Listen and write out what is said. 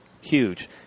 huge